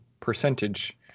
percentage